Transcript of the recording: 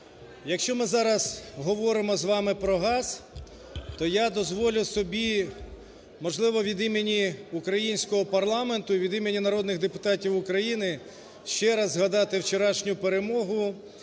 Якщо ми зараз говоримо з вами про газ, то я дозволю собі, можливо, від імені українського парламенту, від імені народних депутатів України, ще раз згадати вчорашню перемогу.